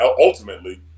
ultimately